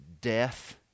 death